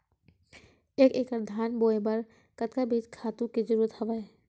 एक एकड़ धान बोय बर कतका बीज खातु के जरूरत हवय?